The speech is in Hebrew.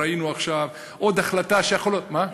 וראינו עכשיו עוד החלטה שיכול להיות, מה?